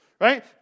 Right